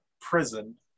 prison